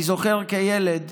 אני זוכר כילד,